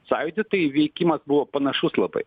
sąjūdį tai veikimas buvo panašus labai